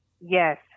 yes